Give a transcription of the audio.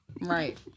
Right